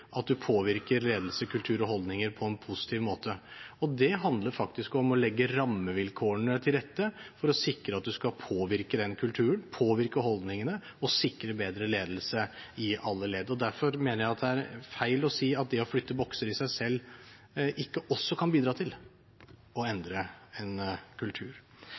at man påvirker ledelse, kultur og holdninger på en positiv måte. Det handler faktisk om å legge rammevilkårene til rette for å sikre at man skal påvirke kulturen, påvirke holdningene og sikre bedre ledelse i alle ledd. Derfor mener jeg at det er feil å si at det å flytte bokser i seg selv ikke også kan bidra til å endre en kultur.